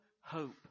hope